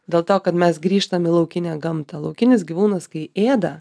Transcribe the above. dėl to kad mes grįžtam į laukinę gamtą laukinis gyvūnas kai ėda